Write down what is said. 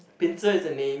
Pinsir is a name